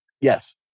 Yes